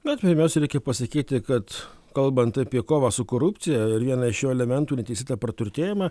na pirmiausia reikia pasakyti kad kalbant apie kovą su korupcija ir vieną iš jo elementų neteisėtą praturtėjimą